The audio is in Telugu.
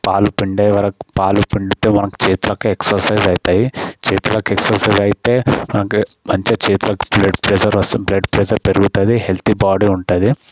పాలు పిండే వరకు పాలు పిండితే మన చేతులకు ఎక్సర్సైజ్ అయితాయి చేతిలకు ఎక్ససైజ్ అయితే అంటే మంచి చేతులకి బ్లడ్ ప్రెజర్ వస్తున్న బ్లడ్ ప్రెజర్ పెరుగుతుంది హెల్తి బాడీ ఉంటుంది